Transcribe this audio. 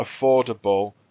affordable